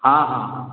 ହଁ ହଁ